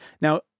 Now